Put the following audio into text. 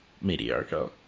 mediocre